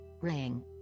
Ring